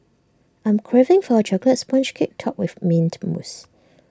I'm craving for A Chocolate Sponge Cake Topped with Mint Mousse